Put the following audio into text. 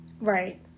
Right